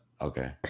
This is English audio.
Okay